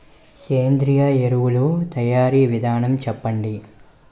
సేంద్రీయ ఎరువుల తయారీ విధానం చెప్పండి?